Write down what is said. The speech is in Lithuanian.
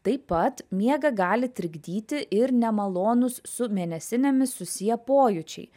taip pat miegą gali trikdyti ir nemalonūs su mėnesinėmis susiję pojūčiai